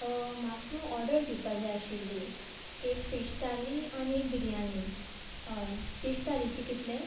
म्हाका न्हू ऑर्डर दिवपा जाय आशिल्ली एक फीश थाली आनी एक बिर्याणी हय फीश थालीचे कितले